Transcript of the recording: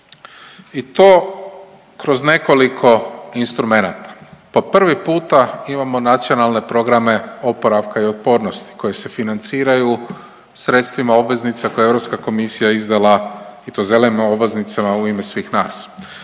i to kroz nekoliko instrumenata. Po prvi puta imamo nacionalne programe oporavka i otpornosti koji se financiranju sredstvima obveznica koje je EK i to zelenim obveznicama u ime svih nas